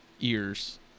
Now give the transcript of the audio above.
ears